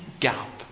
gap